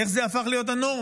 איך זה הפך להיות הנורמה?